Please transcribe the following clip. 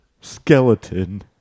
Skeleton